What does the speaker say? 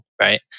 right